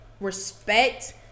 respect